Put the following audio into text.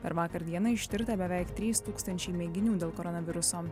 per vakar dieną ištirta beveik trys tūkstančiai mėginių dėl koronaviruso